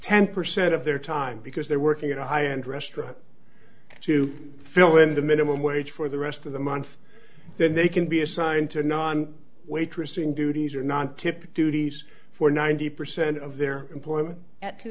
ten percent of their time because they're working at a high end restaurant to fill in the minimum wage for the rest of the month then they can be assigned to a non waitressing duties or non tip duties for ninety percent of their employment at two